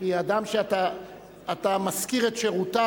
כי אדם שאתה שוכר את שירותיו,